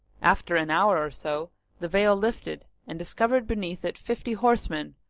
after an hour or so the veil lifted and discovered beneath it fifty horsemen,